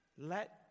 Let